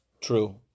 True